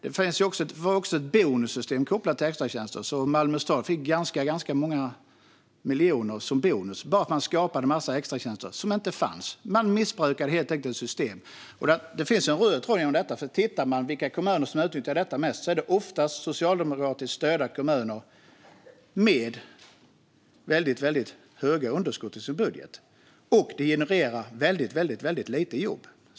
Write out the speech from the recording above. Det fanns också ett bonussystem kopplat till extratjänster, så Malmö stad fick många miljoner som bonus bara för att man skapade extratjänster - som inte fanns. Man missbrukade helt enkelt ett system. Det finns en röd tråd genom detta. Tittar man på vilka kommuner som utnyttjar detta mest ser man att det mest är socialdemokratiskt styrda kommuner med väldigt stora underskott i sin budget. Och det genererar som sagt väldigt lite jobb.